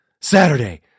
Saturday